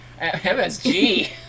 MSG